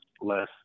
less